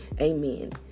Amen